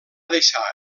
deixar